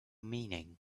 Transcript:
meaning